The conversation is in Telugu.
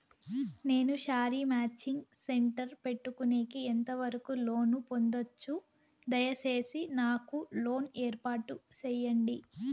నేను శారీ మాచింగ్ సెంటర్ పెట్టుకునేకి ఎంత వరకు లోను పొందొచ్చు? దయసేసి నాకు లోను ఏర్పాటు సేయండి?